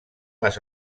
les